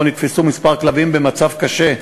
ובו נתפסו כמה כלבים במצב קשה,